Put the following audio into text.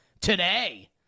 today